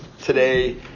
today